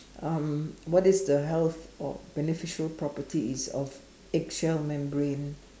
um what is the health or beneficial properties of egg shell membrane